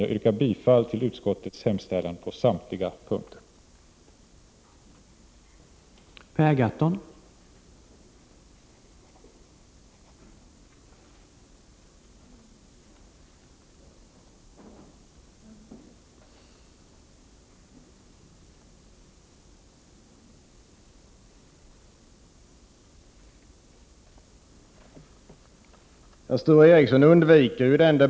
Jag yrkar bifall till utskottets hemställan på samtliga punkter.